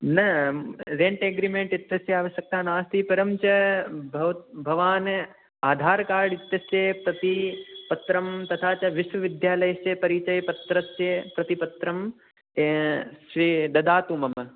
न rent agreement इत्यस्य आवश्यकता नास्ति परं च भवत् भवान् आधार्कार्ड् इत्यस्य प्रतिपत्रं तथा च विश्वविद्यालस्य परिचयपत्रस्य प्रतिपत्रं स्वी ददातु मम